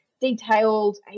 detailed